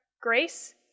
Grace